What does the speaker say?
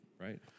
right